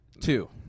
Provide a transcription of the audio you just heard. Two